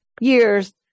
years